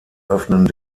öffnen